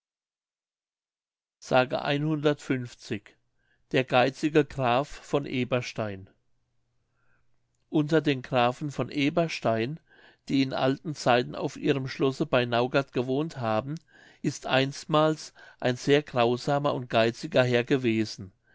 der geizige graf von eberstein unter den grafen von eberstein die in alten zeiten auf ihrem schlosse bei naugard gewohnt haben ist einstmals ein sehr grausamer und geiziger herr gewesen